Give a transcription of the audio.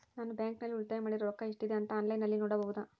ನಾನು ಬ್ಯಾಂಕಿನಲ್ಲಿ ಉಳಿತಾಯ ಮಾಡಿರೋ ರೊಕ್ಕ ಎಷ್ಟಿದೆ ಅಂತಾ ಆನ್ಲೈನಿನಲ್ಲಿ ನೋಡಬಹುದಾ?